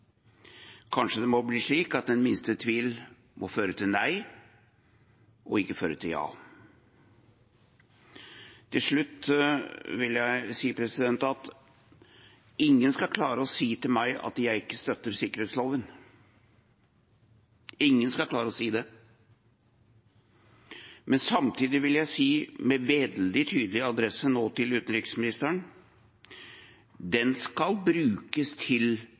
Kanskje det må bli slik at den minste tvil må føre til nei og ikke føre til ja. Til slutt vil jeg si at ingen skal klare å si til meg at jeg ikke støtter sikkerhetsloven – ingen skal klare å si det. Men samtidig vil jeg si nå med veldig tydelig adresse til utenriksministeren – den skal brukes til